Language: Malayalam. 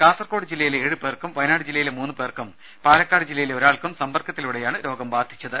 കാസർഗോഡ് ജില്ലയിലെ ഏഴു പേർക്കും വയനാട് ജില്ലയിലെ മൂന്നു പേർക്കും പാലക്കാട് ജില്ലയിലെ ഒരാൾക്കും സമ്പർക്കത്തിലൂടെയാണ് രോഗം ബാധിച്ചത്